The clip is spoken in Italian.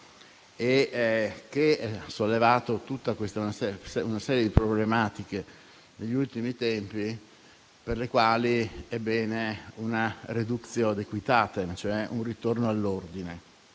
e che ha sollevato tutta una serie di problematiche negli ultimi tempi, per le quali è bene una *reductio ad aequitatem*, cioè un ritorno all'ordine.